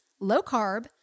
low-carb